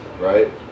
right